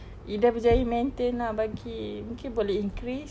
ida berjaya maintain lah bagi mungkin boleh increase